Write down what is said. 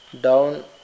down